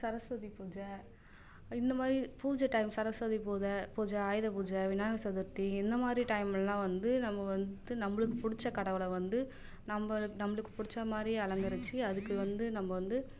சரஸ்வதி பூஜை இந்த மாதிரி பூஜை டைம் சரஸ்வதி பூத பூஜை ஆயுத பூஜை விநாயகர் சதுர்த்தி இந்த மாதிரி டைம்லலாம் வந்து நம்ம வந்து நம்மளுக்கு பிடிச்ச கடவுளை வந்து நம்ம நம்மளுக்கு பிடிச்ச மாதிரி அலங்கரிச்சு அதுக்கு வந்து நம்ம வந்து